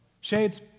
Shades